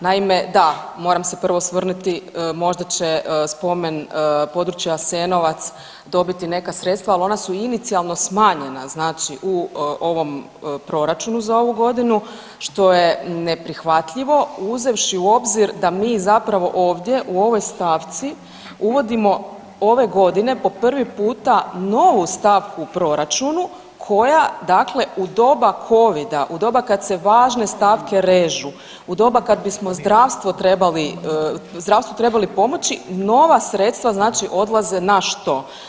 Naime, da moram se prvo osvrnuti, možda će spomen područje Jasenovac dobiti neka sredstva, ali ona su inicijalno smanjena znači u ovom proračunu za ovu godinu što je neprihvatljivo, uzevši u obzir da mi zapravo ovdje u ovoj stavci, uvodimo ove godine po prvi puta novu stavku u proračunu, koja dakle u doba Covida, u doba kad se važne stavke režu, u doba kad bismo zdravstvu trebali pomoći, nova sredstva znači odlaze na što.